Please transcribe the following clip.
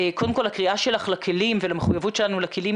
קודם כל הקריאה שלך לכלים ולמחויבות שלנו לכלים,